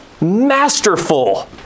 Masterful